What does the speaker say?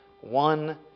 one